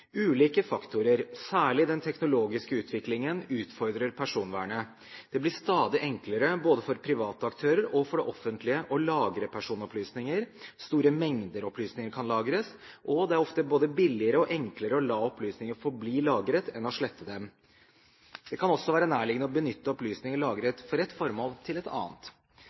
Ulike faktorer, særlig den teknologiske utviklingen, utfordrer personvernet. Det blir stadig enklere, både for private aktører og for det offentlige, å lagre personopplysninger – store mengder opplysninger kan lagres, og det er ofte både billigere og enklere å la opplysningene forbli lagret enn å slette dem. Det kan også være nærliggende å benytte opplysninger lagret for et formål til et annet.